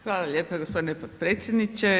Hvala lijepa gospodine potpredsjedniče.